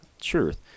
truth